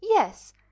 Yes